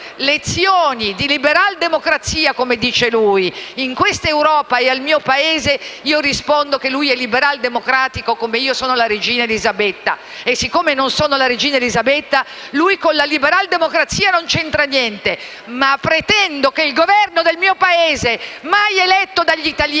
lezioni di liberaldemocrazia - come dice lui - in quest'Europa e al mio Paese. A lui io rispondo che è liberaldemocratico come io sono la regina Elisabetta e siccome non sono la regina Elisabetta, lui con la liberaldemocrazia non c'entra niente. Pretendo però che il Governo del mio Paese, mai eletto dagli italiani